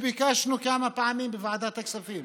ביקשנו כמה פעמים בוועדת הכספים